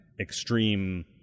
extreme